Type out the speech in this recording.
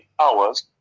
hours